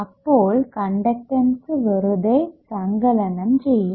അപ്പോൾ കണ്ടക്ടൻസ് വെറുതെ സങ്കലനം ചെയ്യും